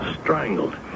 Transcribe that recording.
Strangled